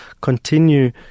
continue